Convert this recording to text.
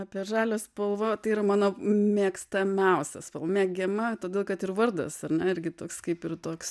apie žalią spalvą tai yra mano mėgstamiausia spalva mėgiama todėl kad ir vardas ar ne irgi toks kaip ir toks